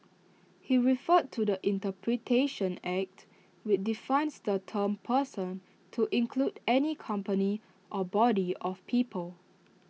he referred to the interpretation act which defines the term person to include any company or body of people